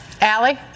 Allie